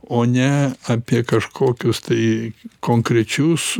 o ne apie kažkokius tai konkrečius